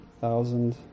thousand